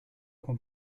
con